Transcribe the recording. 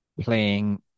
playing